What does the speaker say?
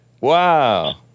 Wow